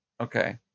Okay